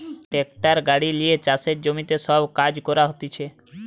tractor গাড়ি লিয়ে চাষের জমিতে সব কাজ করা হতিছে